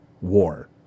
war